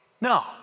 No